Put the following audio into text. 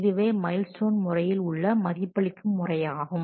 இதுவே milestone முறையில் உள்ள மதிப்பளிக்கும் முறையாகும்